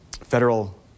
Federal